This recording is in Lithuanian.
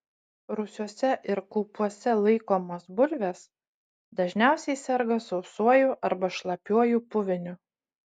rūsiuose ir kaupuose laikomos bulvės dažniausiai serga sausuoju arba šlapiuoju puviniu